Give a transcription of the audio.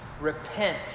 repent